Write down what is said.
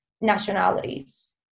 nationalities